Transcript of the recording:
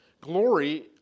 Glory